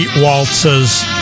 waltzes